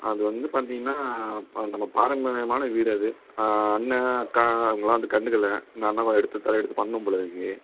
அது வந்து பார்த்தீங்கனா அது நம்ம பாரம்பரியமான வீடு அது அண்ணன் அக்கா அவங்கல்லாம் வந்து கண்டுக்கல நாந்தான் எடுத்து தலையெடுத்து பண்ணும் போலயிருக்கு